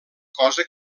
cosa